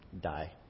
die